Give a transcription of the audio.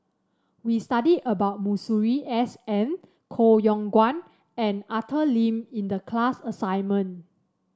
we studied about Masuri S N Koh Yong Guan and Arthur Lim in the class assignment